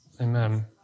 Amen